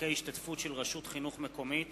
(דרכי ההשתתפות של רשות חינוך מקומית